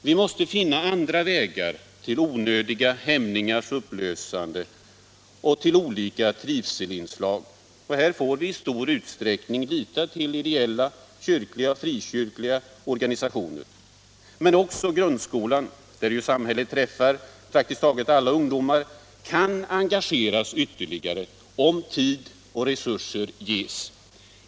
Vi måste finna andra vägar till onödiga hämningars upplösande och till olika trivselinslag. Här får vi i stor utsträckning lita till ideella, kyrkliga och frikyrkliga organisationer. Men också grundskolan, där samhället träffar praktiskt taget alla ungdomar, kan engageras ytterligare om tid och resurser ges.